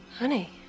Honey